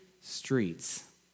streets